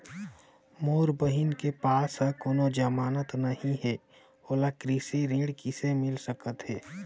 मोर बहिन के पास ह कोनो जमानत नहीं हे, ओला कृषि ऋण किसे मिल सकत हे?